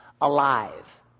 alive